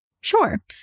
Sure